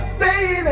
baby